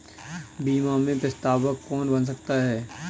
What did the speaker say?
बीमा में प्रस्तावक कौन बन सकता है?